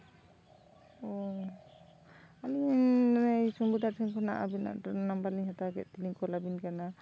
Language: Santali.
ᱚᱻ ᱟᱞᱤᱧ ᱥᱚᱢᱵᱷᱩ ᱫᱟ ᱴᱷᱮᱱ ᱠᱷᱚᱱᱟᱜ ᱟᱵᱤᱱᱟᱜ ᱱᱟᱢᱵᱟᱨ ᱞᱤᱧ ᱦᱟᱛᱟᱣ ᱠᱮᱫ ᱛᱮᱞᱤᱧ ᱟᱵᱤᱱ ᱞᱤᱧ ᱠᱚᱞᱟᱵᱮᱱ ᱠᱟᱱᱟ